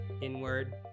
inward